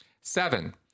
Seven